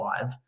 five